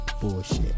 bullshit